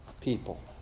people